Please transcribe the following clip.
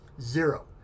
Zero